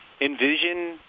envision